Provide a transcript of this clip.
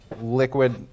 liquid